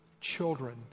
children